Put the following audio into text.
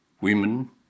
women